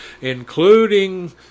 including